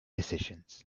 decisions